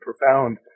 profound